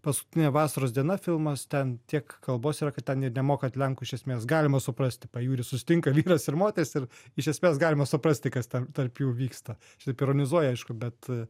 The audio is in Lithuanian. paskutinė vasaros diena filmas ten tiek kalbos yra kad ten ir nemokant lenkų iš esmės galima suprasti pajūry susitinka vyras ir moteris ir iš esmės galima suprasti kas ten tarp jų vyksta taip ironizuoju aišku bet